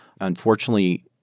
Unfortunately